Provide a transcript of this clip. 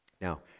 Now